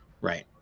right